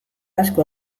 asko